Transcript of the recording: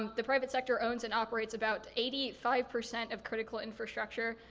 um the private sector owns and operates about eighty five percent of critical infrastructure.